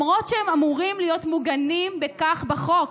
למרות שהם אמורים להיות מוגנים מכך בחוק.